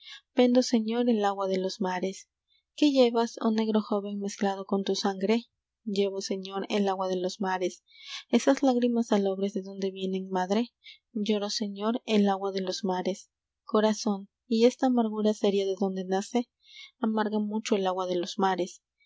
vendo señor el agua de los mares qué llevas oh negro joven mezclado con tu sangre llevo señor el agua de los mares f e d e r i c o g esas lágrimas salobres de dónde vienen madre lloro señor el agua de los mares corazón y esta amargura seria de dónde nace amarga mucho el agua de los mares